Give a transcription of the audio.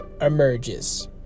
emerges